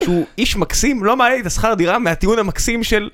שהוא איש מקסים, לא מעלה לי את השכר דירה מהטיעון המקסים של...